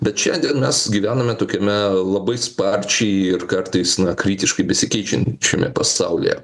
bet šiandien mes gyvename tokiame labai sparčiai ir kartais na kritiškai besikeičiančiame pasaulyje